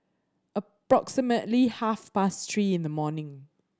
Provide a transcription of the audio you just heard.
approximately half past three in the morning